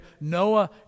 Noah